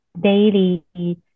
daily